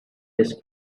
his